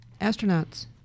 Astronauts